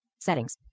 Settings